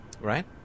Right